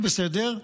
בסדר.